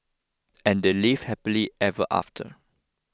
and they lived happily ever after